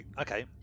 Okay